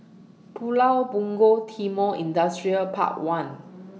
Pulau Punggol Timor Industrial Park one